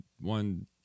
One